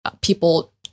people